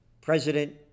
President